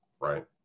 right